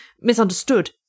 misunderstood